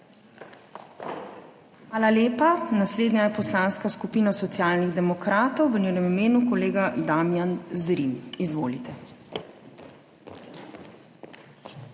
Hvala lepa. Naslednja je Poslanska skupina Socialnih demokratov, v njenem imenu kolega Damijan Zrim, izvolite. **DAMIJAN